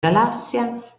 galassia